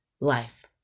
life